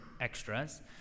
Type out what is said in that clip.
extras